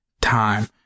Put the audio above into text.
time